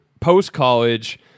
post-college